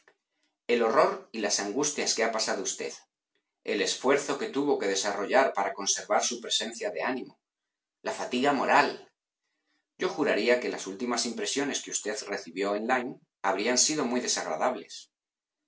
el horror y las angustias que ha pasado usted el esfuerzo que tuvo que desarrollar para conservar su presencia de ánimo la fatiga moral yo juraría que las últimas impresiones que usted recibió en lyme habrían sido muy desagradables